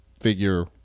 figure